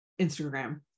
Instagram